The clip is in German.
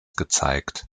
gezeigt